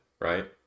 right